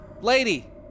lady